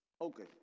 okay